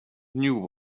new